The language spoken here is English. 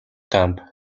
dumb